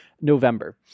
November